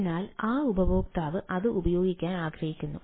അതിനാൽ ആ ഉപയോക്താവ് അത് ഉപയോഗിക്കാൻ ആഗ്രഹിക്കുന്നു